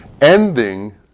ending